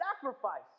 sacrifice